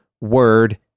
word